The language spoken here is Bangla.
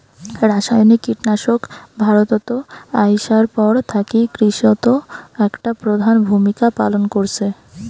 রাসায়নিক কীটনাশক ভারতত আইসার পর থাকি কৃষিত একটা প্রধান ভূমিকা পালন করসে